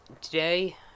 Today